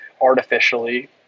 artificially